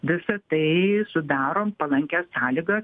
visa tai sudaro palankias sąlygas